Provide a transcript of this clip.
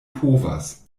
povas